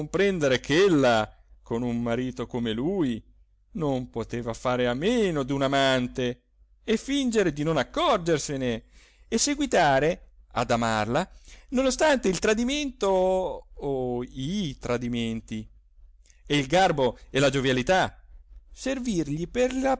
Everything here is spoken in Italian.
comprendere ch'ella con un marito come lui non poteva fare a meno d'un amante e fingere di non accorgersene e seguitare ad amarla nonostante il tradimento o i tradimenti e il garbo e la giovialità servirgli per